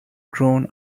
grown